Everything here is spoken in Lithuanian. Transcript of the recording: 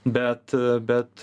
bet bet